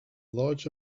large